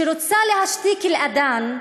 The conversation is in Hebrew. שרוצה להשתיק את האד'אן,